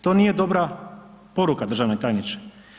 To nije dobra poruka državni tajniče.